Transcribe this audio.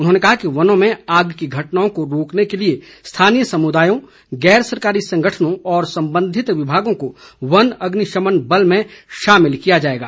उन्होंने कहा कि वनों में आग की घटनाओं को रोकने के लिए स्थानीय समुदायों गैर सरकारी संगठनों तथा सम्बन्धित विभागों को वन अग्निशमन बल में शामिल किया जाएगा